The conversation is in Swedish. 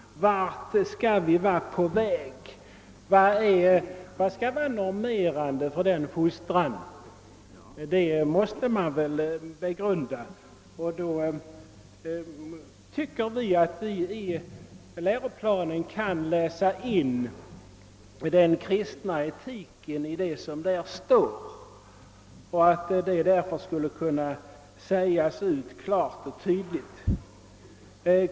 Vad skall vara normgivande för denna fostran? Detta måste man begrunda. Vi anser att vi i läroplanen kan läsa in den kristna etiken och att denna därför skulle kunna erkännas klart och tydligt.